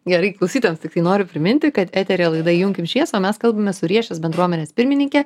gerai klausytojams tiktai noriu priminti kad eteryje laida įjunkim šviesą o mes kalbamės su riešės bendruomenės pirmininke